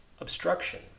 obstruction